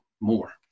more